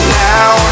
now